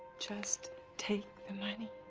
just take the money.